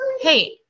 Hey